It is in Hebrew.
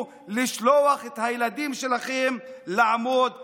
לשלוח את הילדים שלכם לעמוד במחסומים.